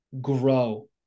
grow